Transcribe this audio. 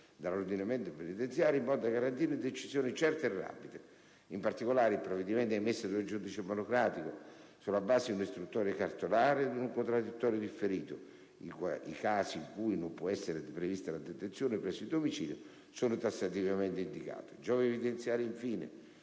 dall'ordinamento penitenziario, in modo da garantire decisioni certe e rapide. In particolare, il provvedimento è emesso da un giudice monocratico - il magistrato di sorveglianza - sulla base di un'istruttoria cartolare ed un contraddittorio differito. I casi in cui non può essere prevista la detenzione presso il domicilio sono tassativamente indicati. Giova evidenziare, infine,